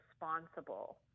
responsible